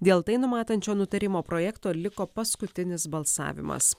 dėl tai numatančio nutarimo projekto liko paskutinis balsavimas